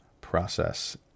process